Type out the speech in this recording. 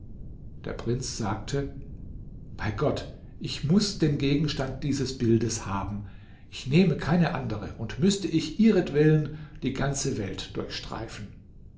der prinz sagte bei gott ich muß den gegenstand dieses bildes haben ich nehme keine andere und müßte ich ihretwillen die ganze welt durchstreifen